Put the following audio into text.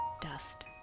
dust